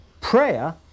Prayer